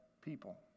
people